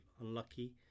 unlucky